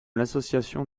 l’association